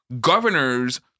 governors